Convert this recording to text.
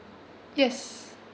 yes